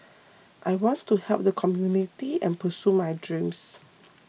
I want to help the community and pursue my dreams